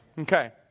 Okay